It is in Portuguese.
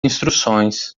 instruções